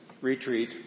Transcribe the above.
Retreat